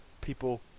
people